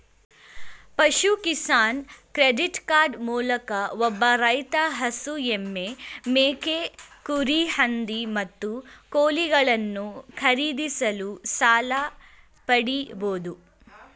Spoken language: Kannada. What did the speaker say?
ಪಶು ಕಿಸಾನ್ ಕ್ರೆಡಿಟ್ ಕಾರ್ಡ್ ಮೂಲಕ ಒಬ್ಬ ರೈತ ಹಸು ಎಮ್ಮೆ ಮೇಕೆ ಕುರಿ ಹಂದಿ ಮತ್ತು ಕೋಳಿಗಳನ್ನು ಖರೀದಿಸಲು ಸಾಲ ಪಡಿಬೋದು